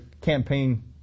campaign